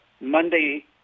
Monday